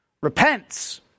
repents